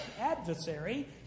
adversary